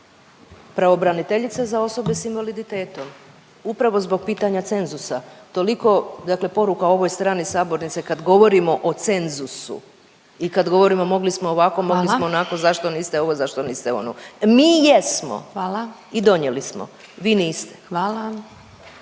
Pravobraniteljica za osobe sa invaliditetom upravo zbog pitanja cenzusa. Toliko dakle poruka ovoj strani sabornice kad govorimo o cenzusu i kad govorimo mogli smo ovako, mogli smo onako, zašto niste ovo, zašto niste ono. Mi jesmo i donijeli smo, vi niste!